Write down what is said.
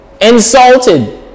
insulted